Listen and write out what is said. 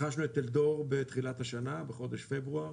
רכשנו את טלדור בתחילת השנה בחודש פברואר